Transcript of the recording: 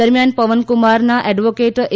દરમિયાન પવનકુમારના એડવોકેટ એ